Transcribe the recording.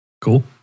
Cool